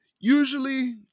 Usually